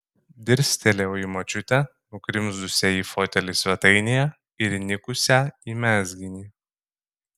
dirstelėjau į močiutę nugrimzdusią į fotelį svetainėje ir įnikusią į mezginį